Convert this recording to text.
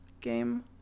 game